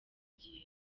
gihe